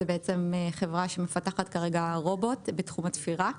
זה בעצם חברה שמפתחת כרגע רובוט בתחום התפירה.